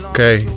Okay